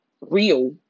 real